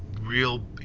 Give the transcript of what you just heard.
real